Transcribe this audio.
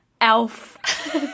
elf